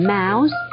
mouse